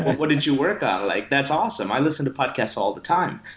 what did you work on? like that's awesome. i listen to podcast all the time.